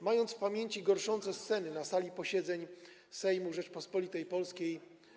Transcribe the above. Mając w pamięci gorszące sceny na sali posiedzeń Sejmu Rzeczypospolitej Polskiej.